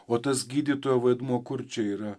o tas gydytojo vaidmuo kur čia yra